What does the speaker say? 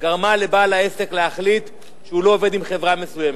גרמה לבעל העסק להחליט שהוא לא עובד עם חברה מסוימת.